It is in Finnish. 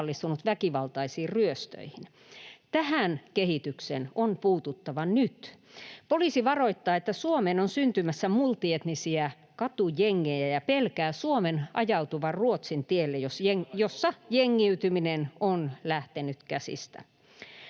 on osallistunut väkivaltaisiin ryöstöihin. Tähän kehitykseen on puututtava nyt. Poliisi varoittaa, että Suomeen on syntymässä multietnisiä katujengejä, ja pelkää Suomen ajautuvan Ruotsin tielle, [Vilhelm Junnila: Mistähän